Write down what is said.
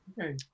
Okay